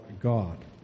God